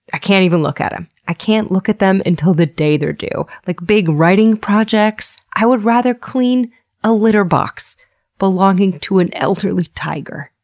i can't even look at em. i can't look at them until the day they're due. like, big writing projects, i would rather clean a litterbox belonging to an elderly tiger.